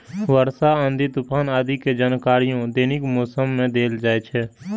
वर्षा, आंधी, तूफान आदि के जानकारियो दैनिक मौसम मे देल जाइ छै